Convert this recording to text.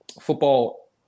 football